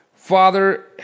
Father